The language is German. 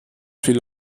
viel